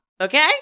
Okay